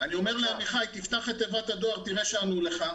אומר לעמיחי: תפתח את תיבת הדואר, תראה שענו לך.